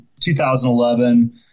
2011